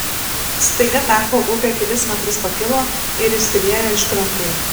staiga tacho upė kelis metrus pakilo ir išsiliejo iš krantų